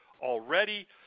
already